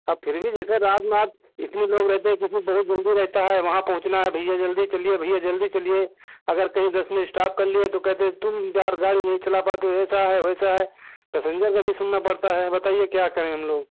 अब फिर भी तब रात में आप इतनी लोग रहते हैं किसी क बहुत जल्दी रहता है वहाँ पहुंचना है भैया जल्दी चलिए भैया जल्दी चलिए अगर कही दस मिनट स्टॉप कर लिए तो कहते हैं कि तुम यार गाड़ी नहीं चला पाते हो ऐसा है वैसा है पैसेंजर से भी सुनना पड़ता है बताईए क्या करें हम लोग